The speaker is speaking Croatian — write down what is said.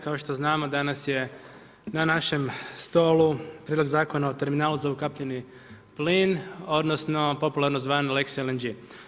Kao što znamo, danas je na našem stolu Prijedlog Zakona o terminalu za ukapljeni plin odnosno popularno zvano lex LNG.